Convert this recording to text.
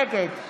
נגד